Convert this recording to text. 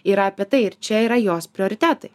yra apie tai ir čia yra jos prioritetai